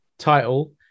title